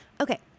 Okay